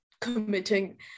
committing